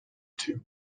two